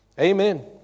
Amen